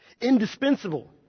indispensable